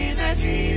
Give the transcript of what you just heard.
messy